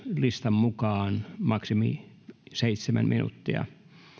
mukaan maksimi on seitsemän minuuttia